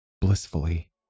blissfully